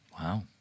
Wow